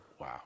Wow